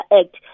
act